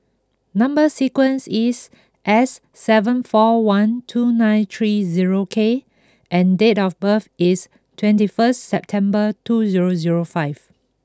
number sequence is S seven four one two nine three zero K and date of birth is twenty first September two zero zero five